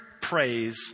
praise